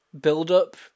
build-up